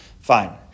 Fine